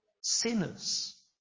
Sinners